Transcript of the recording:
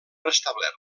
restablert